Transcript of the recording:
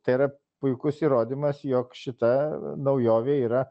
tai yra puikus įrodymas jog šita naujovė yra